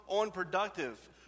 unproductive